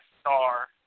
star